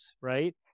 right